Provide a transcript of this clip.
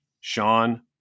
Sean